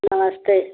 नमस्ते